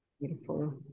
Beautiful